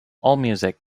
allmusic